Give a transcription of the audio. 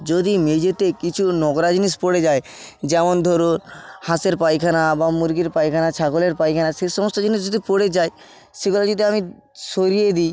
যদি মেঝেতে কিছু নোংরা জিনিস পড়ে যায় যেমন ধরো হাঁসের পায়খানা বা মুরগির পায়খানা ছাগলের পায়খানা সে সমস্ত জিনিস যদি পড়ে যায় সেগুলো যদি আমি সরিয়ে দিই